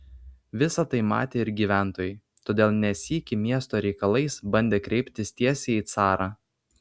visa tai matė ir gyventojai todėl ne sykį miesto reikalais bandė kreiptis tiesiai į carą